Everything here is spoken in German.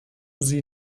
sie